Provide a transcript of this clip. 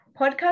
podcast